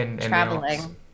traveling